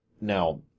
Now